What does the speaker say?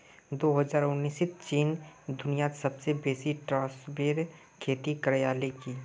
दो हजार उन्नीसत चीन दुनियात सबसे बेसी स्ट्रॉबेरीर खेती करयालकी